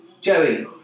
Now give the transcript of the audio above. Joey